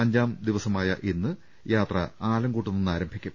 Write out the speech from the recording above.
അഞ്ചാം ദിനമായ ഇന്ന് യാത്ര ആലങ്കോട്ടു നിന്നാരംഭിക്കും